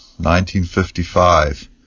1955